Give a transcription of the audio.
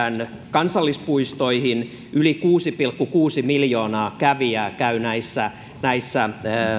kansallispuistoihimme yli kuusi pilkku kuusi miljoonaa kävijää käy näillä